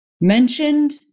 mentioned